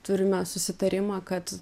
turime susitarimą kad